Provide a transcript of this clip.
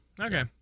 Okay